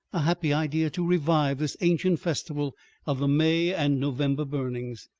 a happy idea to revive this ancient festival of the may and november burnings.